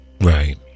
right